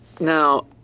Now